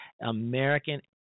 American